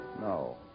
No